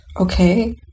Okay